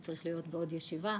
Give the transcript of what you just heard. הוא צריך להיות בעוד ישיבה.